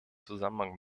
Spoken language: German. zusammenhang